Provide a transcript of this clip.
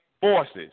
forces